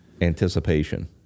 Anticipation